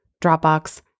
Dropbox